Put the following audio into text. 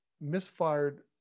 misfired